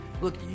Look